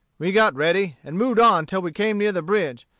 we got ready, and moved on till we came near the bridge,